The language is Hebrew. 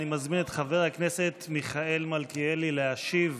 אני מזמין את חבר הכנסת מיכאל מלכיאלי להשיב